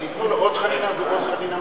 אז ייתנו לו עוד חנינה ועוד חנינה,